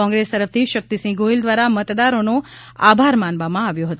કોંગ્રેસ તરફથી શક્તિસિંહ ગોહેલ દ્વારા મતદારોનો આભાર માનવમાં આવ્યો હતો